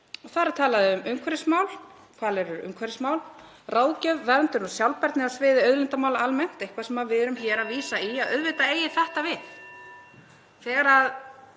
þar er talað um umhverfismál — hvalir eru umhverfismál — ráðgjöf, verndun og sjálfbærni á sviði auðlindamála almennt, eitthvað sem við erum hér að vísa í að eigi auðvitað við.